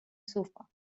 sofa